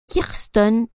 kirsten